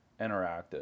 interactive